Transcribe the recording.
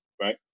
right